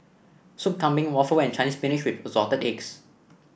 Soup Kambing Waffle and Chinese Spinach with Assorted Eggs